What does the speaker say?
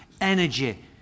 energy